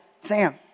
Sam